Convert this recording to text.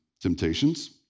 temptations